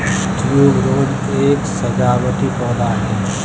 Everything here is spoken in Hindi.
ट्यूबरोज एक सजावटी पौधा है